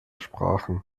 sprachen